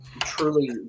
Truly